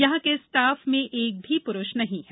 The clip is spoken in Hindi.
यहां के स्टाफ में एक भी पुरुष नहीं है